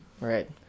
Right